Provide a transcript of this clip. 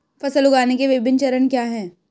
फसल उगाने के विभिन्न चरण क्या हैं?